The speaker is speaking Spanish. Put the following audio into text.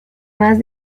más